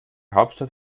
hauptstadt